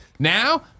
Now